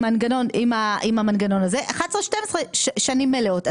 עם המנגנון הזה, 11'-12' שנים מלאות.